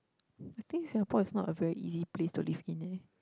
I think Singapore is not a very easy place to live in eh